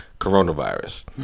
coronavirus